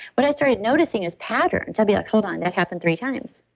what i started noticing is patterns i'll be like, hold on, that happened three times.